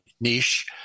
niche